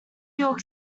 york